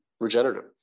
Regenerative